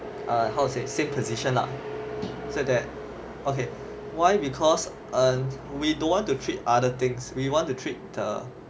ah how to say same position lah so that okay why because err we don't want to treat other things we want to treat the